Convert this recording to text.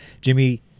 Jimmy